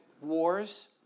wars